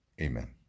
Amen